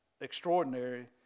extraordinary